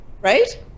Right